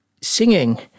singing